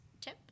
tip